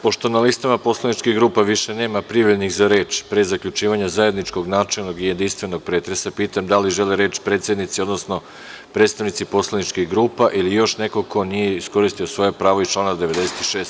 Pošto na listama poslaničkih grupa višenema prijavljenih za reč, pre zaključivanja zajedničkog načelnog i jedinstvenog pretresa, pitam da li žele reč predsednici, odnosno predstavnici poslaničkih grupa ili još neko ko nije iskoristio svoje pravo iz člana 96.